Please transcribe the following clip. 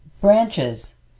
Branches